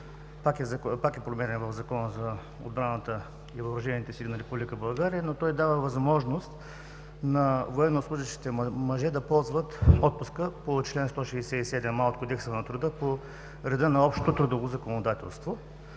пак е за промени в Закона за отбраната и въоръжените сили на Република България, но той дава възможност на военнослужещите мъже да ползват отпуск по чл. 167а от Кодекса на труда по реда на общото трудово законодателство,